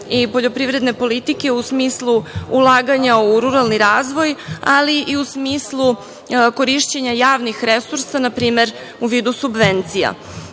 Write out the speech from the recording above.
i poljoprivredne politike u smislu ulaganja u ruralni razvoj, ali i u smislu korišćenja javnih resursa npr. u vidu subvencija.